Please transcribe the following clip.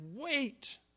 wait